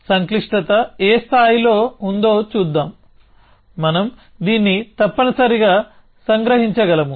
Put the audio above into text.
సంక్లిష్టత ఏ స్థాయిలో ఉందో చూద్దాం మనం దీన్ని తప్పనిసరిగా సంగ్రహించగలము